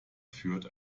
führt